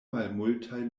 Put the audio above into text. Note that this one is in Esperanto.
malmultaj